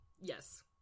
Yes